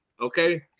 okay